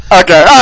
okay